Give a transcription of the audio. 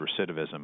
recidivism